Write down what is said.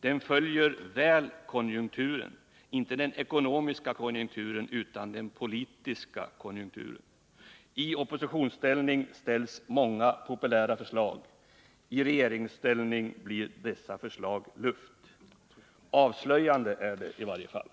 Den följer väl konjunkturen — inte den ekonomiska konjunkturen utan den politiska konjunkturen. I oppositionsställning framställer man många populära förslag. I regeringsställning blir dessa förslag luft. Avslöjande är det i varje fall.